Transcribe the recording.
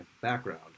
background